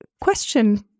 question